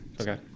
Okay